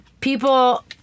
People